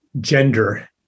gender